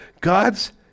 God's